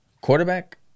quarterback